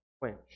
quench